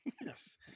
yes